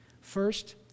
First